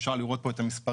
אפשרות לראות פה את המספרים.